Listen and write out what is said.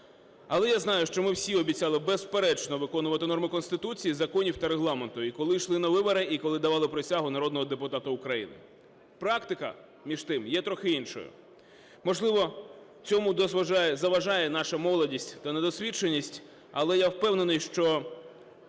Але я знаю, що ми всі обіцяли, безперечно, виконувати норми Конституції, законів та Регламенту і коли йшли на вибори, і коли давали присягу народного депутата України. Практика, між тим, є трохи іншою. Можливо, в цьому десь заважає наша молодість та недосвідченість, але я впевнений, що